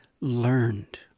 learned